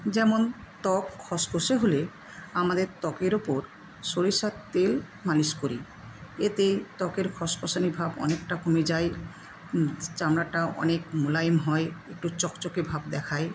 যেমন ত্বক খসখসে হলে আমাদের ত্বকের ওপর সরিষার তেল মালিশ করি এতে ত্বকের খসখসানি ভাব অনেকটা কমে যায় চামড়াটাও অনেক মোলায়েম হয় একটু চকচকে ভাব দেখায়